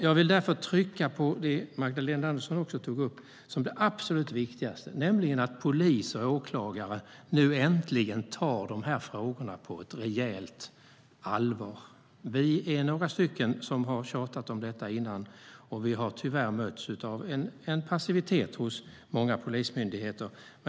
Jag vill därför trycka på det som också Magdalena Andersson tog upp som det absolut viktigaste, nämligen att polis och åklagare nu äntligen tar de här frågorna på rejält allvar. Vi är några stycken som har tjatat om detta innan, och vi har tyvärr mötts av en passivitet hos många polismyndigheter.